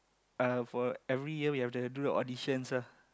uh for every year we have to do the auditions lah